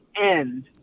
end